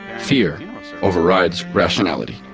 fear overrides rationality.